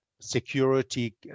security